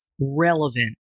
relevant